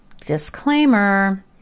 disclaimer